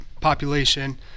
population